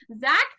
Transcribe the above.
Zach